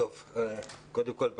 קודם כול,